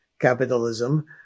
capitalism